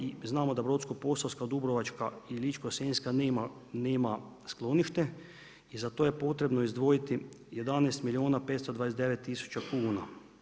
I znamo da Brodsko-posavska, Dubrovačka i Ličko-senjska nema sklonište i za to je potrebno izdvojiti 11 milijuna 529 tisuća kuna.